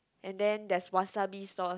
and then there's wasabi sauce